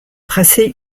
tracé